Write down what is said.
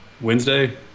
Wednesday